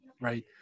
right